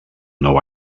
nou